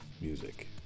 music